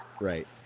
Right